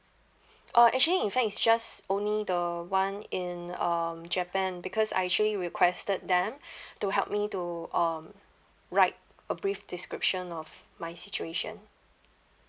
uh actually in fact it's just only the one in um japan because I actually requested them to help me to um write a brief description of my situation